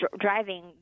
driving